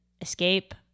escape